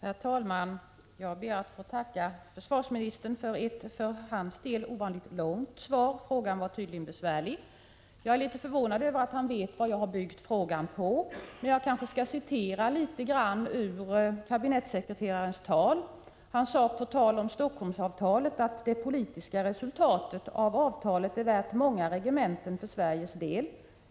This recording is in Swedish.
Herr talman! Jag ber att få tacka försvarsministern för ett för hans del ovanligt långt svar — frågan var tydligen besvärlig. Jag är litet förvånad över att han vet vad jag har byggt frågan på. Kanske skall jag citera litet grand ur kabinettssekreterarens tal. Han sade på tal om Stockholmsavtalet: ”Det politiska resultatet av avtalet är värt många regementen för Sveriges del.